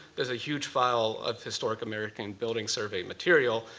there's a huge file of historic american building survey material,